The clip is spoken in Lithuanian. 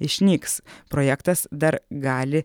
išnyks projektas dar gali